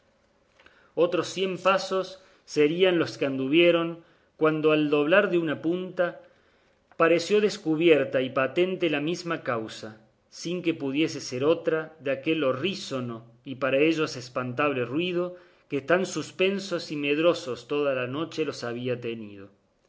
otros cien pasos serían los que anduvieron cuando al doblar de una punta pareció descubierta y patente la misma causa sin que pudiese ser otra de aquel horrísono y para ellos espantable ruido que tan suspensos y medrosos toda la noche los había tenido